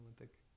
Olympic